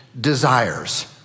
desires